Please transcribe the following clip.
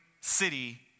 city